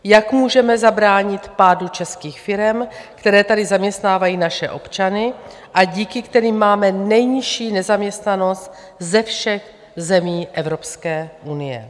Jak můžeme zabránit pádu českých firem, které tady zaměstnávají naše občany a díky kterým máme nejnižší nezaměstnanost ze všech zemí Evropské unie?